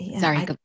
sorry